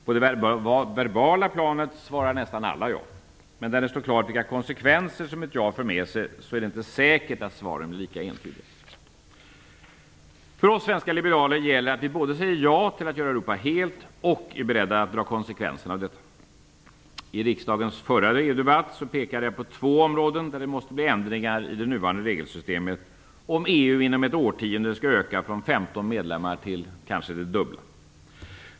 På det verbala planet svarar nästan alla ja, men när det står klart vilka konsekvenser ett ja för med sig är det inte säkert att svaret är lika entydigt. För oss svenska liberaler gäller att vi både säger ja till att göra Europa helt och är beredda att ta konsekvenserna av detta. I riksdagens förra EU-debatt pekade jag på två områden där det måste bli ändringar i det nuvarande regelsystemet om EU inom ett årtionde skall öka från 15 medlemmar till kanske det dubbla.